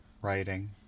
writing